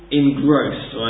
engrossed